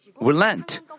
relent